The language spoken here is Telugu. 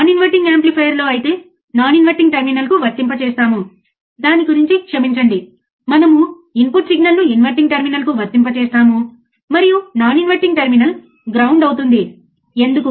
కాబట్టి 25 కిలోహెర్ట్జ్ ఫ్రీక్వెన్సీ వద్ద 1 వోల్ట్ పిక్ టు పిక్ చదరపు తరంగాన్ని ఎలా వర్తింపజేస్తున్నామో ప్రయోగంలో చూస్తాము